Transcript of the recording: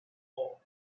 all